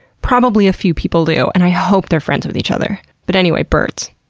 probably a few people do, and i hope they're friends with each other. but anyway, birds.